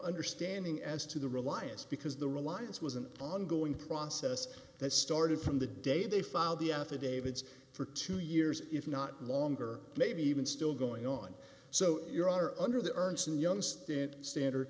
understanding as to the reliance because the reliance was an ongoing process that started from the day they filed the out to david's for two years if not longer maybe even still going on so your honor under the ernst and young student standard